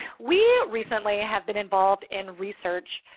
we recently have been involved in research